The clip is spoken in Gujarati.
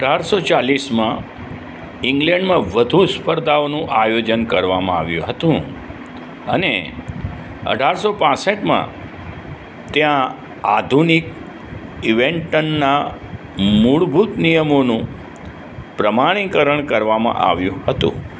અઢારસો ચાળીસમાં ઈંગ્લેન્ડમાં વધુ સ્પર્ધાઓનું આયોજન કરવામાં આવ્યું હતું અને અઢારસો પાંસઠમાં ત્યાં આધુનિક ઈવેન્ટના મૂળભૂત નિયમોનું પ્રમાણીકરણ કરવામાં આવ્યું હતું